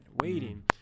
waiting